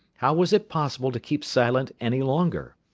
how was it possible to keep silent any longer?